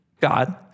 God